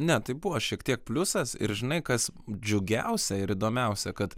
ne tai buvo šiek tiek pliusas ir žinai kas džiugiausia ir įdomiausia kad